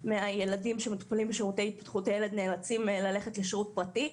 מהילדים מטופלים בשירותי התפתחות הילד נאלצים ללכת לשירות פרטי.